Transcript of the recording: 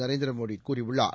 நரேந்திர மோடி கூறியுள்ளார்